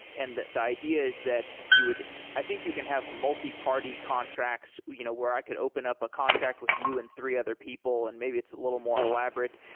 and the the idea is that you would i think you can have multi-party contracts you know where i could open up a contract with you and three other people and maybe it's more elaborate,